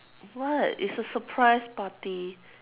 what it's a surprise party